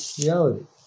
reality